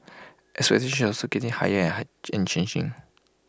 expectations are also getting higher and changing